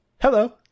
hello